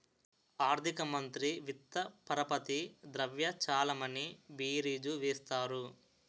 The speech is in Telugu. ఆర్థిక మంత్రి విత్త పరపతి ద్రవ్య చలామణి బీరీజు వేస్తారు